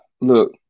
look